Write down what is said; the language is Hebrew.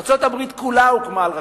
ארצות-הברית כולה הוקמה על רכבת.